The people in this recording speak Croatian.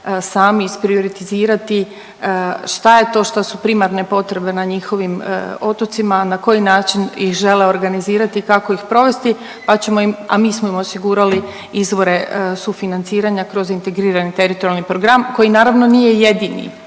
sami isprivatizirati šta je to što su primarne potrebe na njihovim otocima, na koji način ih žele organizirati, kako ih provesti pa ćemo im, a mi smo im osigurali izvore sufinanciranja kroz integrirani teritorijalni program koji naravno nije jedini.